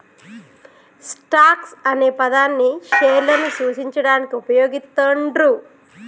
stocks అనే పదాన్ని షేర్లను సూచించడానికి వుపయోగిత్తండ్రు